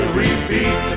repeat